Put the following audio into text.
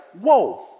whoa